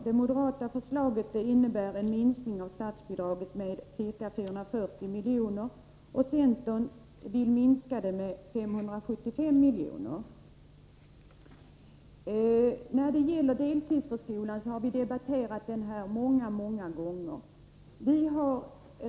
Det moderata förslaget innebär en minskning av statsbidraget med ca 440 milj.kr., och centerpartiets förslag innebär en minskning med 575 milj.kr. Deltidsförskolan har vi diskuterat här i kammaren många gånger.